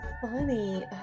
funny